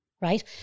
right